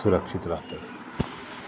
सुरक्षित रहतै